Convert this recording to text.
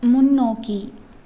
முன்னோக்கி